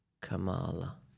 Kamala